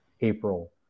april